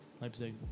Leipzig